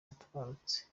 atabarutse